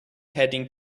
heading